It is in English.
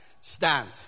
Stand